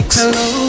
Hello